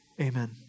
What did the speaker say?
Amen